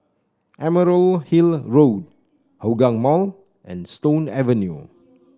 Emerald Hill Road Hougang Mall and Stone Avenue